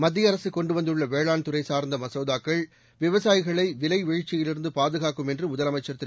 மத்திய அரசு கொண்டுவந்துள்ள வேளாண் துறை சார்ந்த மசோதாக்கள் விவசாயிகளை விலை வீழ்ச்சியிலிருந்து பாதுகாக்கும் என்று முதலமைச்சர் திரு